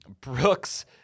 Brooks